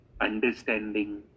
understanding